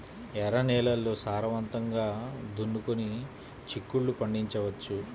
ఎర్ర నేలల్లో సారవంతంగా దున్నుకొని చిక్కుళ్ళు పండించవచ్చు